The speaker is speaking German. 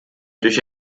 durch